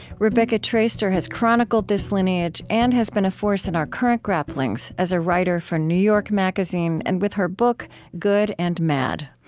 rebecca traister has chronicled this lineage and has been a force in our current grapplings as a writer for new york magazine and with her book good and mad.